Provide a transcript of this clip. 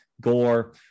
Gore